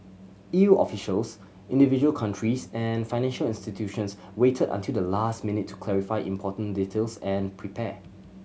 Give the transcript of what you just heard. E U officials individual countries and financial institutions waited until the last minute to clarify important details and prepare